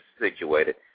situated